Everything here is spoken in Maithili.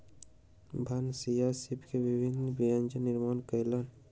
भनसिया सीप के विभिन्न व्यंजनक निर्माण कयलैन